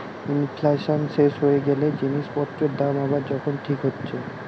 inflation শেষ হয়ে গ্যালে জিনিস পত্রের দাম আবার যখন ঠিক হচ্ছে